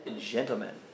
gentlemen